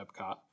Epcot